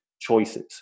choices